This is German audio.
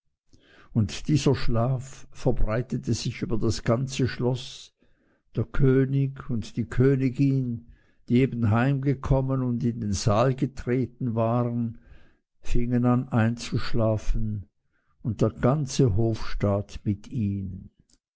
und dieser schlaf verbreitete sich über das ganze schloß der könig und die königin die eben heim gekommen waren und in den saal getreten waren fingen an einzuschlafen und der ganze hofstaat mit ihnen